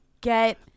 get